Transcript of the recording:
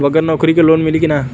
बगर नौकरी क लोन मिली कि ना?